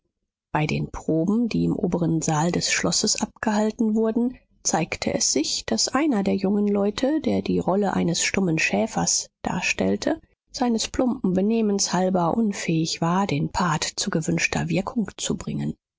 bei den proben die im oberen saal des schlosses abgehalten wurden zeigte es sich daß einer der jungen leute der die rolle eines stummen schäfers darstellte seines plumpen benehmens halber unfähig war den part zu gewünschter wirkung zu bringen